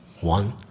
one